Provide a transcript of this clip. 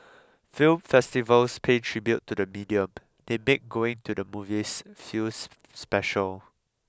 film festivals pay tribute to the medium they make going to the movies feel special